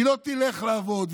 היא לא תלך לעבוד,